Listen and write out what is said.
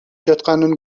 жатканын